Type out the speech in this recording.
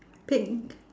pink